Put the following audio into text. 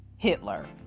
Hitler